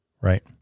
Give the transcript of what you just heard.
right